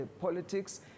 politics